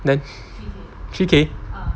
then three K